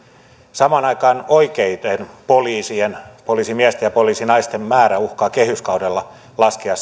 samaan aikaan oikeitten poliisien poliisimiesten ja poliisinaisten määrä uhkaa kehyskaudella laskea